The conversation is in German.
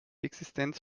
existenz